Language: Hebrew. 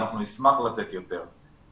אנחנו נשמח לתת יותר.